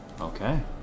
Okay